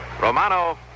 Romano